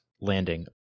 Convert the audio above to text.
landing